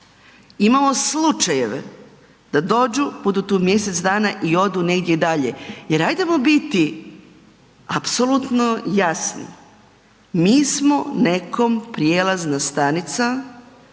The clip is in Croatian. Imamo slučajeve da dođu, budu tu mjesec dana i odu negdje dalje jer hajdemo biti apsolutno jasni. Mi smo nekom prijelazna stanica